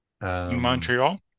montreal